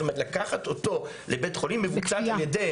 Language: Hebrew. זאת אומרת לקחת אותו לבית חולים מבוצעת על ידי